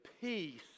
peace